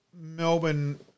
Melbourne